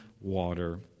water